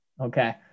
Okay